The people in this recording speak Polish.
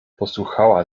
posłuchała